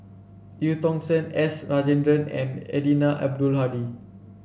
Eu Tong Sen S Rajendran and Eddino Abdul Hadi